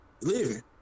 living